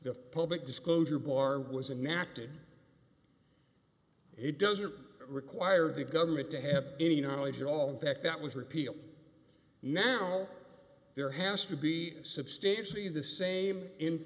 the public disclosure bar was inactive it doesn't require the government to have any knowledge at all in fact that was repealed now there has to be substantially the same in